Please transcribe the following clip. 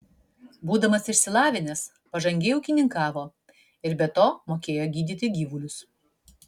būdamas išsilavinęs pažangiai ūkininkavo ir be to mokėjo gydyti gyvulius